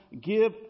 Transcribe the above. give